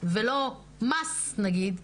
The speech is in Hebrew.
ולא מס נגיד,